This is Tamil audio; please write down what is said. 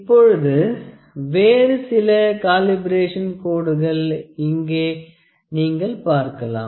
இப்பொழுது வேறு சில காலிபரேஷன் கோடுகளை இங்கே நீங்கள் பார்க்கலாம்